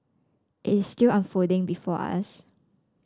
it is still unfolding before us